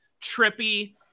trippy